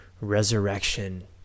resurrection